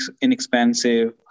inexpensive